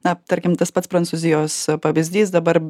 na tarkim tas pats prancūzijos pavyzdys dabar